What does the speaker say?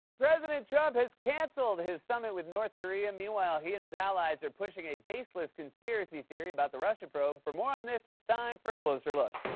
president trump has canceled his summit with north korea. meanwhile, he and his allies are pushing a baseless conspiracy theory about the russia probe. for more on this, it's time for a closer look.